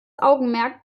augenmerk